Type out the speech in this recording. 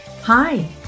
hi